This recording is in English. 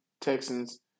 Texans